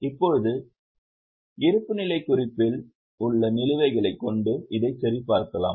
இப்போது இருப்புநிலைக் குறிப்பில் உள்ள நிலுவைகளைக் கொண்டு இதை சரிபார்க்கலாம்